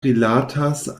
rilatas